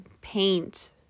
paint